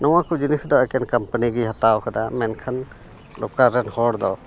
ᱱᱚᱣᱟ ᱠᱚ ᱡᱤᱱᱤᱥ ᱫᱚ ᱮᱠᱮᱱ ᱠᱳᱢᱯᱟᱱᱤ ᱜᱮ ᱦᱟᱛᱟᱣ ᱠᱟᱫᱟ ᱢᱮᱱᱠᱷᱟᱱ ᱞᱳᱠᱟᱞ ᱨᱮᱱ ᱦᱚᱲᱫᱚ